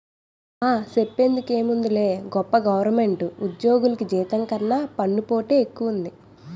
ఆ, సెప్పేందుకేముందిలే గొప్ప గవరమెంటు ఉజ్జోగులికి జీతం కన్నా పన్నుపోటే ఎక్కువ